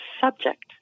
subject